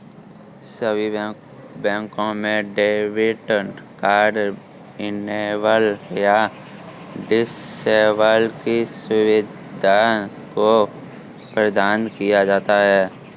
सभी बैंकों में डेबिट कार्ड इनेबल या डिसेबल की सुविधा को प्रदान किया जाता है